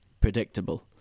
predictable